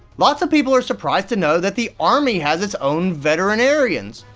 lots of people are surprised to know that the army has its own veterinarians.